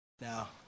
Now